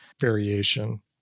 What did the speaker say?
variation